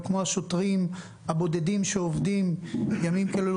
וכמו השוטרים הבודדים שעובדים ימים כלילות